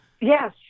Yes